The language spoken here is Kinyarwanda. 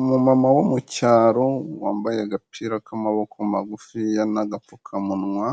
Umumama wo mu cyaro wambaye agapira k'amaboko magufi n'agapfukamunwa,